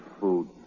food